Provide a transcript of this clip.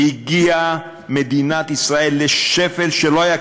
הגיעה מדינת ישראל לשפל שלא היה כדוגמתו.